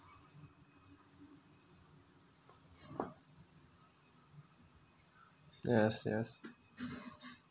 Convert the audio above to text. yes yes